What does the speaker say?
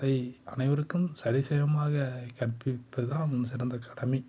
அதை அனைவருக்கும் சரி சமமாக கற்பிப்பதுதான் மிகச் சிறந்த கடமை